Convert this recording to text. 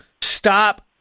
stop